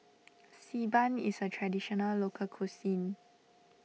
Xi Ban is a Traditional Local Cuisine